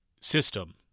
system